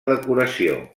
decoració